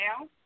now